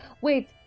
wait